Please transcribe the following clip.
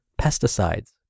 pesticides